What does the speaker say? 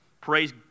Praise